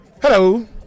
Hello